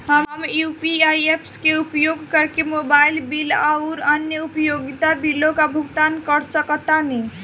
हम UPI apps के उपयोग करके मोबाइल बिल आउर अन्य उपयोगिता बिलों का भुगतान कर सकतानी